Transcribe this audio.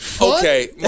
okay